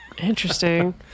Interesting